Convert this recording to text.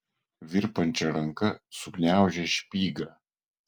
virpančia ranka sugniaužė špygą